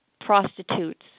prostitutes